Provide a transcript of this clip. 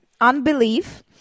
unbelief